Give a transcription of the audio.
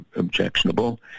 objectionable